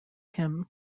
him